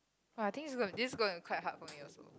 !wah! i think this going to this gonna be quite hard for me also